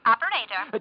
Operator